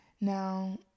now